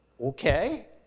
Okay